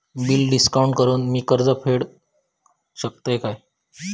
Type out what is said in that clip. Bill discount करान मी कर्ज फेडा शकताय काय?